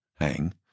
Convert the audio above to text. hang